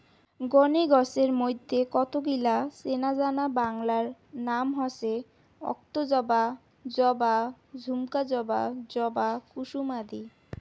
গণে গছের মইধ্যে কতগিলা চেনাজানা বাংলা নাম হসে অক্তজবা, জবা, ঝুমকা জবা, জবা কুসুম আদি